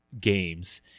games